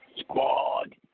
Squad